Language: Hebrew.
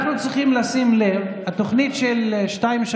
אנחנו צריכים לשים לב: תוכנית 2397,